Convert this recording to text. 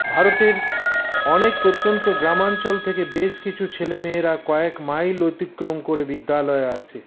ভারতের অনেক প্রত্যন্ত গ্রামাঞ্চল থেকে বেশ কিছু ছেলেমেয়েরা কয়েক মাইল অতিক্রম করে বিদ্যালয়ে আসে